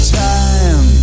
time